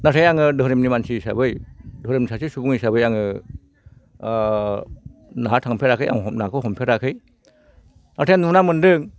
नाथाय आङो धोरोमनि मानसि हिसाबै धोरोमनि सासे सुबुं हिसाबै आङो नाहा थांफेराखै आं नाखौ हमफेराखै नाथाय नुना मोन्दों